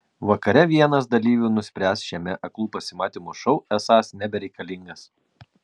vakare vienas dalyvių nuspręs šiame aklų pasimatymų šou esąs nebereikalingas